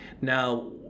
Now